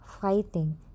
fighting